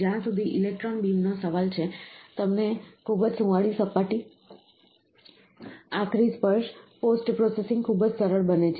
જ્યાં સુધી ઇલેક્ટ્રોન બીમનો સવાલ છે તમને ખૂબ જ સુંવાળી સપાટી આખરી સ્પર્શ પોસ્ટ પ્રોસેસિંગ ખૂબ જ સરળ બને છે